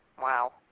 Wow